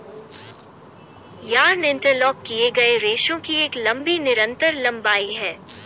yarn interlock किए गए रेशों की एक लंबी निरंतर लंबाई है